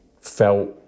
felt